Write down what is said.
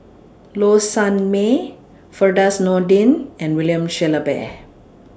Low Sanmay Firdaus Nordin and William Shellabear